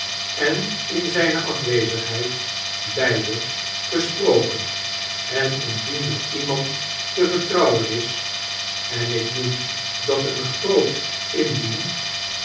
en in zijne afwezigheid beide gesproken en indien er imand te vertrouwen is en ik noem dat een groot indien